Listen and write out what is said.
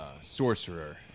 sorcerer